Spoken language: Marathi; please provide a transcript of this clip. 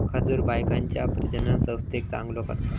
खजूर बायकांच्या प्रजननसंस्थेक चांगलो करता